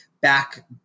back